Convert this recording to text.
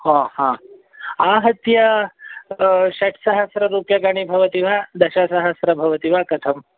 ह ह आहत्य षट्सहस्ररूप्यकाणि भवति वा दशसहस्रं भवति वा कथं